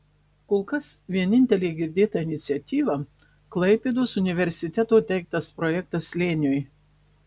kol kas vienintelė girdėta iniciatyva klaipėdos universiteto teiktas projektas slėniui